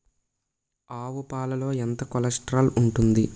ఆవు పాలలో ఎంత కొలెస్ట్రాల్ ఉంటుంది?